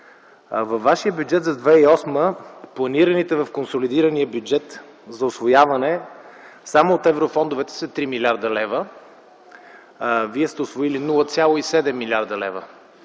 Във вашият бюджет за 2008 г. планираните в консолидирания бюджет за усвояване само от еврофондовете са 3 млрд. лв., а вие сте усвоили 0,7 млрд. лв.,